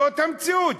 זאת המציאות.